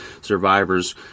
survivors